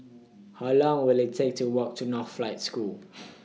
How Long Will IT Take to Walk to Northlight School